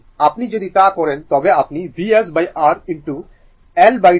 আপনি যদি তা করেন তবে আপনি VsR Lτ e t tτ পাবেন